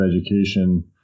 education